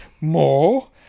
More